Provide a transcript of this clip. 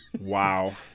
wow